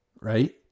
right